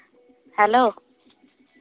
hello